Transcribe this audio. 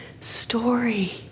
story